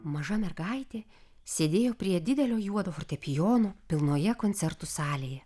maža mergaitė sėdėjo prie didelio juodo fortepijono pilnoje koncertų salėje